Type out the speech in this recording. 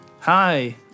Hi